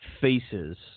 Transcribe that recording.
faces